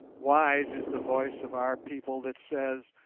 wise is the voice of our people that says,